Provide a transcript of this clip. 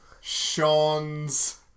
Sean's